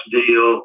deal